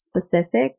specific